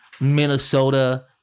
Minnesota